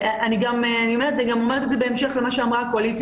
אני אומרת בהמשך למה שאמרה הקואליציה